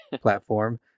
platform